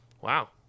Wow